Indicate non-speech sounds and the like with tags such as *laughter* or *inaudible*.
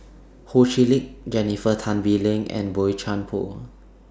*noise* Ho Chee Lick Jennifer Tan Bee Leng and Boey Chuan Poh